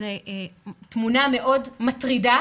זו תמונה מאוד מטרידה